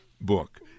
book